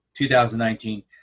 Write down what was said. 2019